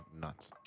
nuts